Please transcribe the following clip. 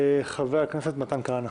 חבר הכנסת מתן כהנא.